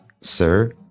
Sir